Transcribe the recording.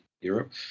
Europe